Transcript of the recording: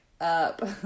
up